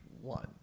one